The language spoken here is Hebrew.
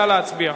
נא להצביע.